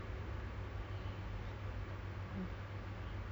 ya certain areas macam um